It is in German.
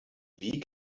wie